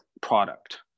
product